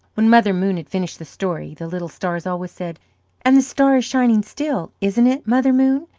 when mother moon had finished the story the little stars always said and the star is shining still, isn't it, mother moon,